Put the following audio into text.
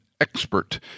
expert